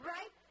Right